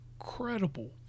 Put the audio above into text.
incredible